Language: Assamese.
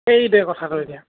সেইটোৱ কথাটো এতিয়া